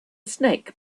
snake